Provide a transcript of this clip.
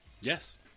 Yes